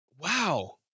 wow